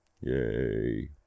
Yay